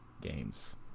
games